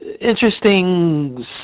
interesting